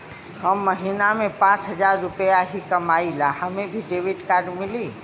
हम महीना में पाँच हजार रुपया ही कमाई ला हमे भी डेबिट कार्ड मिली?